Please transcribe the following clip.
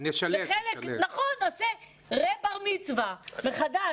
נעשה - רה-בר מצווה מחדש.